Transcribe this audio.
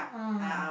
ah